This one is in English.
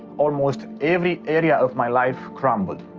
almost every area of my life crumbled.